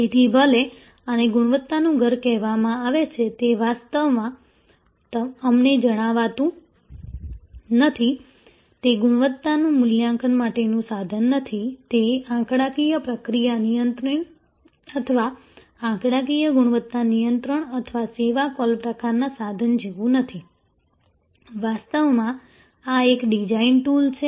તેથી ભલે આને ગુણવત્તાનું ઘર કહેવામાં આવે છે તે વાસ્તવમાં અમને જણાવતું નથી તે ગુણવત્તા મૂલ્યાંકન માટેનું સાધન નથી તે આંકડાકીય પ્રક્રિયા નિયંત્રણ અથવા આંકડાકીય ગુણવત્તા નિયંત્રણ અથવા સેવા કૉલ પ્રકારના સાધન જેવું નથી વાસ્તવમાં આ એક ડિઝાઇન ટૂલ છે